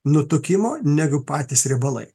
nutukimo negu patys riebalai